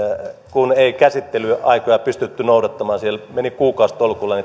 kun ei käsittelyaikoja pystytty noudattamaan siellä meni kuukausitolkulla